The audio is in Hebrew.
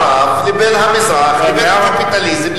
כי זה היה, בין המערב לבין המזרח לבין הקפיטליזם